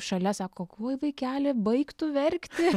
šalia sako oi vaikeli baik tu verkti